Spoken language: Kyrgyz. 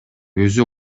өзү